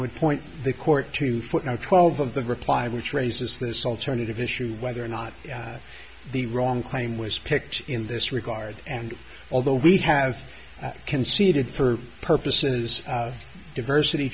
would point the court to footnote twelve of the reply which raises this alternative issue whether or not the wrong claim was picked in this regard and although we'd have conceded for purposes of diversity